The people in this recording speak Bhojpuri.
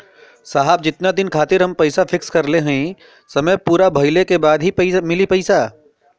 साहब जेतना दिन खातिर हम पैसा फिक्स करले हई समय पूरा भइले के बाद ही मिली पैसा?